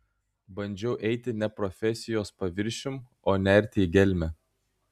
bandžiau eiti ne profesijos paviršium o nerti į gelmę